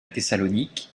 thessalonique